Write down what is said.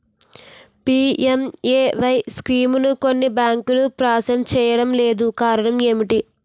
PMAY స్కీమును కొన్ని బ్యాంకులు ప్రాసెస్ చేయడం లేదు కారణం ఏమిటి?